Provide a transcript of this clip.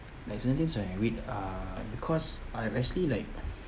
like certain things that I read uh because I'm actually like